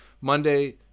Monday